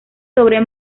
sobre